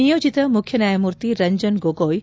ನಿಯೋಜಿತ ಮುಖ್ಯ ನ್ವಾಯಮೂರ್ತಿ ರಂಜನ್ ಗೊಗ್ಟೆ